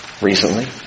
recently